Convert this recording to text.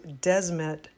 Desmet